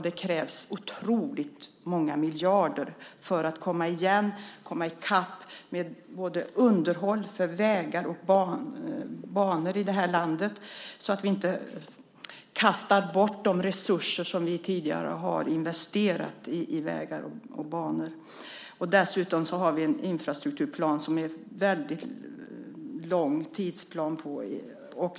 Det krävs otroligt många miljarder för att komma i kapp med underhållet av både vägar och banor så att vi inte kastar bort de resurser vi tidigare har investerat i sådana. Dessutom har vi en infrastrukturplan som går väldigt långt fram i tiden.